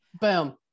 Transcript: boom